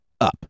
up